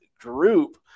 group